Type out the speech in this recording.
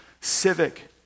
civic